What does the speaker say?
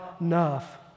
enough